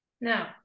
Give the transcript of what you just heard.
Now